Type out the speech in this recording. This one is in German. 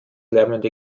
lärmende